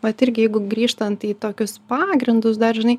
vat irgi jeigu grįžtant į tokius pagrindus dar žinai